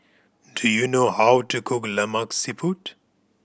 do you know how to cook Lemak Siput